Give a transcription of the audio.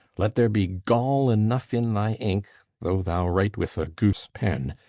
let there be gall enough in thy ink though thou write with a goose-pen,